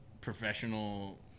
Professional